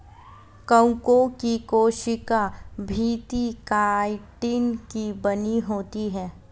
कवकों की कोशिका भित्ति काइटिन की बनी होती है